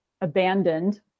abandoned